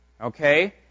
Okay